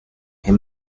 her